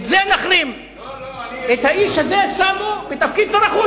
את האיש הזה שמו בתפקיד שר החוץ.